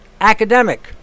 academic